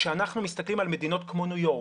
כשאנחנו מסתכלים על מדינות כמו ניו יורק,